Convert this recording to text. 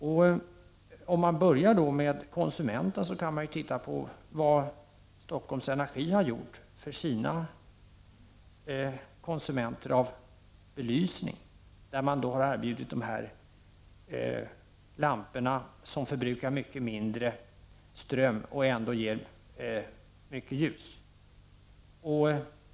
För att börja med konsumenter kan man se på vad Stockholm Energi har gjort för sina konsumenter när det gäller belysning. Man har erbjudit lampor som förbrukar mycket mindre ström och ändå ger mycket ljus.